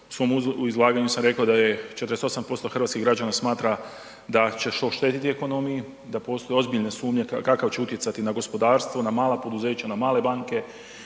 u svom izlaganju sam rekao da 48% hrvatskih građana smatra da će to oštetiti ekonomiju, da postoje ozbiljne sumnje kako će utjecati na gospodarstvo, na mala poduzeća, na male banke